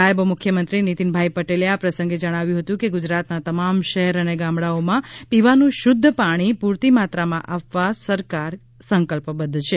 નાયબ મુખ્યમંત્રી નિતિનભાઈ પટેલે આ પ્રસંગે જણાવ્યું હતું કે ગુજરાતનાં તમામ શહેર અને ગામડાઓમાં પીવાનું શુધ્ધ પાણી પુરતી માત્રામાં આપવા આ સરકાર સંકલ્પબધ્ધ છે